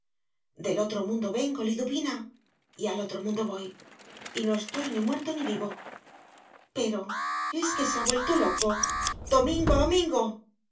del otro mundo vengo liduvina y al otro mundo voy y no estoy ni muerto ni vivo pero es que se ha vuelto loco domingo domingo